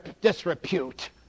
disrepute